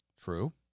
True